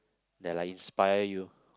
that like inspire you